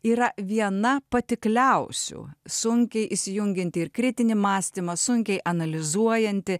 yra viena patikliausių sunkiai įsijungianti ir kritinį mąstymą sunkiai analizuojanti